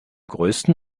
größten